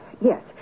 yes